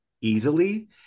easily